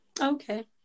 Okay